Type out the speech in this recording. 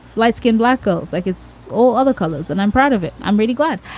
light skinned black girls like it's all other colors. and i'm proud of it. i'm really glad.